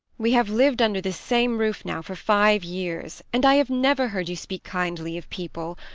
we have lived under this same roof now for five years, and i have never heard you speak kindly of people,